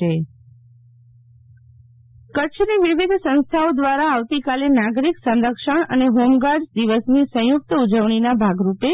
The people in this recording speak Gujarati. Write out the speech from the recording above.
શીતલ વૈશ્નવ હોમગાર્ડ દિવસ કચ્છની વિવિધ સંસ્થાઓ દ્વારા આવતીકાલે નાગરિક સંરક્ષણ અને હોમગાર્ડઝ દિવસની સંયુક્ત ઉજવણીના ભાગ રૂપે